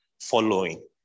following